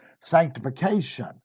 sanctification